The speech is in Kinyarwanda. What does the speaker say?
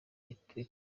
bitero